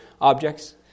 objects